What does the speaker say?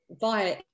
via